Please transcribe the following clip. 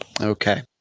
Okay